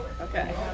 Okay